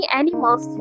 animals